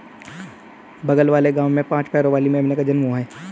बगल वाले गांव में पांच पैरों वाली मेमने का जन्म हुआ है